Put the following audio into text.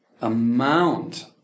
amount